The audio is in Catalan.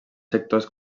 sectors